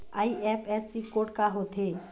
IFSC code का होथे?